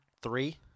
three